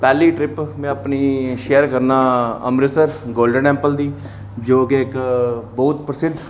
पैह्ली ट्रिप में अपनी शेयर करना अमृतसर गोल्डन टैम्पल दी जो कि इक बहुत प्रसिद्ध